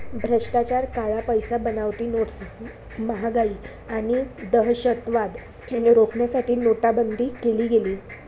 भ्रष्टाचार, काळा पैसा, बनावटी नोट्स, महागाई आणि दहशतवाद रोखण्यासाठी नोटाबंदी केली गेली